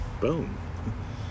Boom